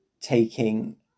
taking